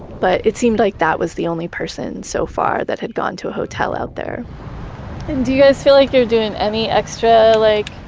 but it seemed like that was the only person so far that had gone to a hotel out there and do you guys feel like you're doing any extra like